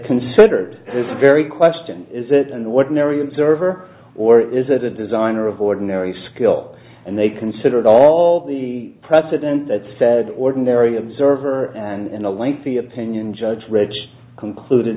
considered this very question is it and what marian server or is it a designer of ordinary skill and they considered all the precedent that said ordinary observer and in a lengthy opinion judge rich concluded